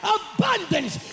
abundance